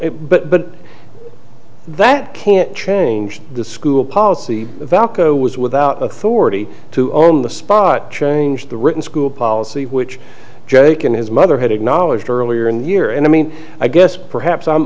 it but that can't change the school policy valko was without authority to own the spot change the written school policy which jake and his mother had acknowledged earlier in the year and i mean i guess perhaps i'm